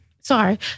Sorry